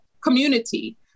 community